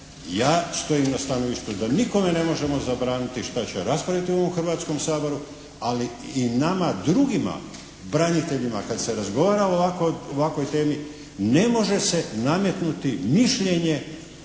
ja stojim na stanovištu da nikome ne možemo zabraniti šta će raspraviti u ovom Hrvatskom saboru. Ali i nama drugima braniteljima kad se razgovara o ovakvoj temi ne može se nametnuti mišljenje,